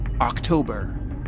October